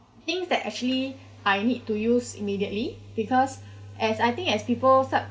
things that actually I need to use immediately because as I think as people start